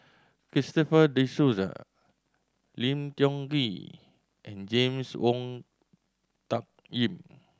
Christopher De Souza Lim Tiong Ghee and James Wong Tuck Yim